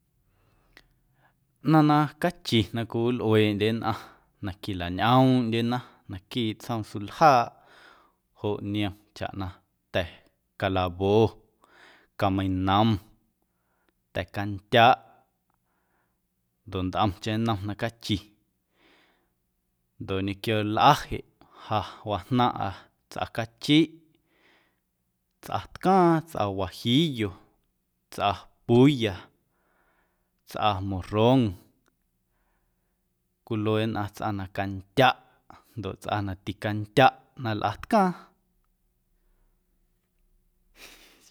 Ꞌnaⁿ na cachi na cwiwilꞌueeꞌndye nnꞌaⁿ na quilañꞌoomndyena naquiiꞌ tsjoom suljaaꞌ joꞌ niom chaꞌ na ta̱ calawo, cameinom, ta̱ candyaꞌ ndoꞌ ntꞌomcheⁿ nnom na cachi ndoꞌ ñequio lꞌa jeꞌ ja wajnaⁿꞌa tsꞌacachi, tsꞌatcaaⁿ tsꞌa wajillo, tsꞌa pulla, tsꞌa morron cwilue nnꞌaⁿ tsꞌa na candyaꞌ ndoꞌ tsꞌa na ticandyaꞌ na lꞌatcaaⁿ.